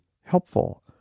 helpful